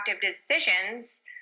decisions